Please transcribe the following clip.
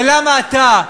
ולמה אתה,